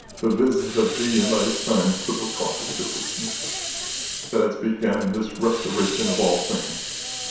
the visit of thee and thy son to the prophet joseph smith that has begun this restoration of all things.